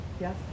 yes